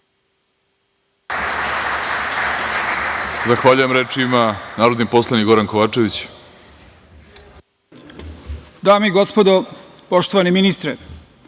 Zahvaljujem. Reč ima narodni poslanik Goran Kovačević.